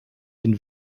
den